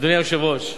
אדוני היושב-ראש,